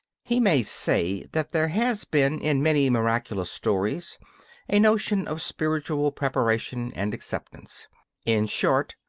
he may say that there has been in many miraculous stories a notion of spiritual preparation and acceptance in short,